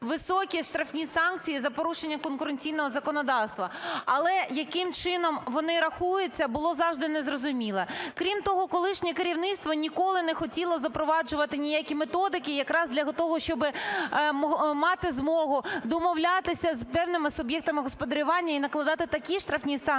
високі штрафні санкції за порушення конкуренційного законодавства, але яким чином вони рахуються, було завжди незрозуміло. Крім того, колишнє керівництво ніколи не хотіло запроваджувати ніякі методики якраз для того, щоби мати змогу домовлятися з певними суб'єктами господарювання і накладати такі штрафні санкції,